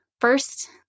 First